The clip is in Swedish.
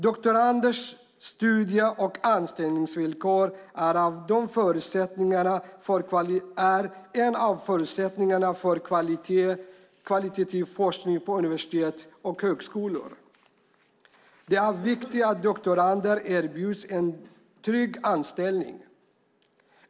Doktoranders studie och anställningsvillkor är en av förutsättningarna för kvalitativ forskning på universitet och högskolor. Det är viktigt att doktorander erbjuds en trygg anställning.